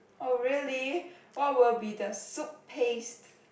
oh really what will be the soup paste